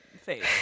face